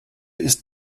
ist